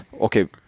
okay